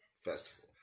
Festival